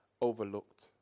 overlooked